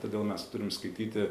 todėl mes turim skaityti